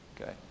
Okay